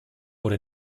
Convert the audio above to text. wurde